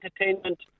entertainment